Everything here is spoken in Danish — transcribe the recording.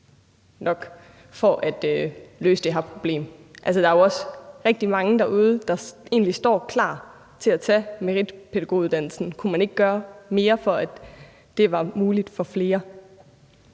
nok for at løse det her problem? Altså, der er jo også rigtig mange derude, der egentlig står klar til at tage meritpædagoguddannelsen. Kunne man ikke gøre mere for, at det var muligt for flere?